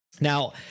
Now